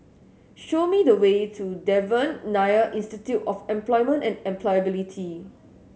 show me the way to Devan Nair Institute of Employment and Employability